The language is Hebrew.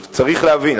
אתה צריך להבין,